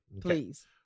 Please